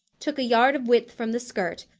took a yard of width from the skirt,